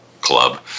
club